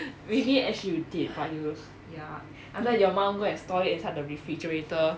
maybe actually you did but you ya after that your mom go and store it inside the refrigerator